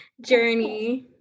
journey